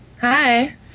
hi